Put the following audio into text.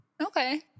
okay